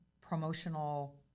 promotional